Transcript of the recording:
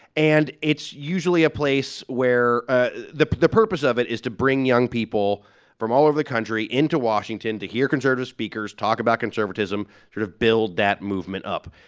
and it's usually a place where ah the the purpose of it is to bring young people from all over the country into washington to hear conservative speakers talk about conservatism, sort of build that movement up.